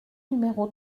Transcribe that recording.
numéro